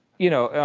you know,